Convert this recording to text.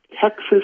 Texas